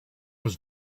was